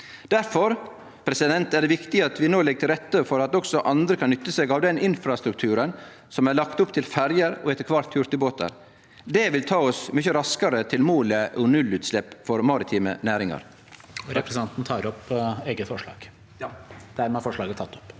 Difor er det viktig at vi no legg til rette for at også andre kan nytte seg av den infrastruktu ren som er lagd opp til ferjer og etter kvart hurtigbåtar. Det vil ta oss mykje raskare til målet om nullutslepp for maritime næringar.